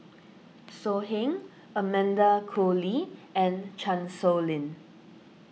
So Heng Amanda Koe Lee and Chan Sow Lin